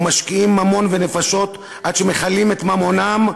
ומשקיעים ממון ונפשות עד שמכלים את ממונם.